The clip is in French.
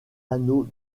anneaux